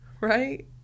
right